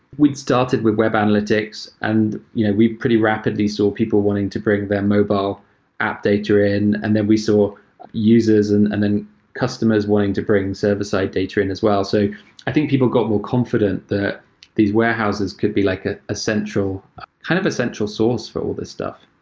we'd started with web analytics and you know we pretty rapidly saw people wanting to bring their mobile app data in and then we saw users and and then customers wanting to bring server side data in as well. so i think people got more confident that these warehouses could be like ah ah kind of a central source for all these stuff.